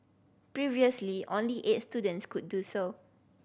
previously only eight students could do so